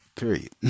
Period